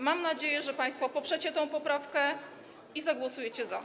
Mam nadzieję, że państwo poprzecie tę poprawkę i zagłosujecie za.